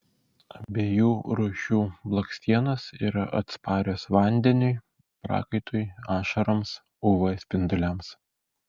abiejų rūšių blakstienos yra atsparios vandeniui prakaitui ašaroms uv spinduliams